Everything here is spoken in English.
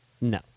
No